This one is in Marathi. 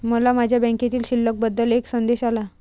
मला माझ्या बँकेतील शिल्लक बद्दल एक संदेश आला